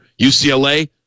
UCLA